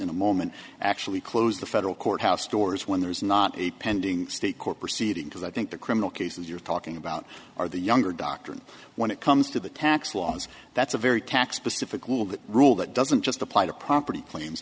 in a moment actually close the federal courthouse doors when there is not a pending state court proceeding to the i think the criminal cases you're talking about are the younger doctrine when it comes to the tax laws that's a very tax pacific will that rule that doesn't just apply to property claims